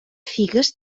figues